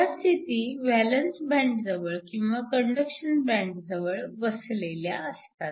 ह्या स्थिती व्हॅलन्स बँडजवळ किंवा कंडक्शन बँडजवळ वसलेल्या असतात